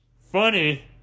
Funny